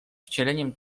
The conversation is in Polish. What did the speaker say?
wcieleniem